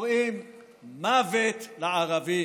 שקוראים "מוות לערבים".